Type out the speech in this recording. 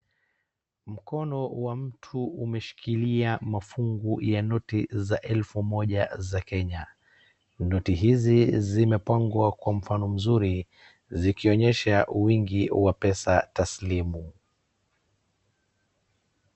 Mkono wa mtu umeshikilia mafungu ya noti za elfu moja za Kenya. Noti hizi zimepangwa kwa mfano mzuri zikionyesha wingi wa pesa taslimu.